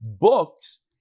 books